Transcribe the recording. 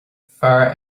fear